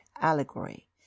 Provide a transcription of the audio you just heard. allegory